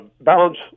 balance